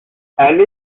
elle